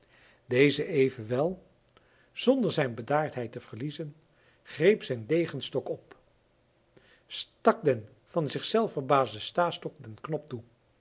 deze evenwel zonder zijne bedaardheid te verliezen greep zijn degenstok op stak den van zichzelven verbaasden stastok den knop toe